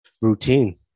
routine